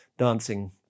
dancing